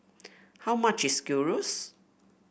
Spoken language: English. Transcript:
how much is Gyros